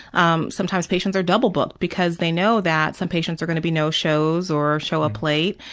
um sometimes patients are double booked because they know that some patients are going to be no shows or show up late,